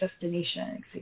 destination